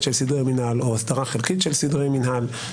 של סדרי מינהל או הסדרה חלקית של סדרי מינהל,